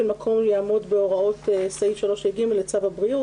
מקום יעמוד בהוראות סעיף 3(ג) לצו הבריאות,